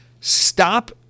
Stop